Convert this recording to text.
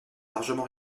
largement